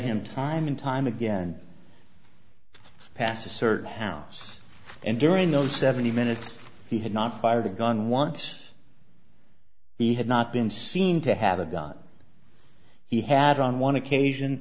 to time and time again to pass a certain house and during those seventy minutes he had not fired a gun once he had not been seen to have a gun he had on one occasion